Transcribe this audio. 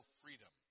freedom